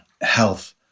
health